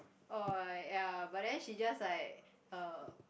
uh ya but then she just like uh